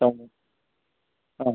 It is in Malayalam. അ അ